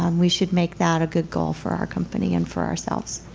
um we should make that a good goal for our company and for ourselves.